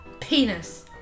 Penis